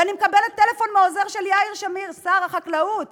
ואני מקבלת טלפון מהעוזר של יאיר שמיר, שר החקלאות